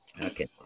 okay